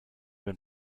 been